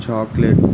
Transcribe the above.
chocolate